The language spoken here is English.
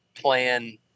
plan